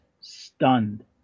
stunned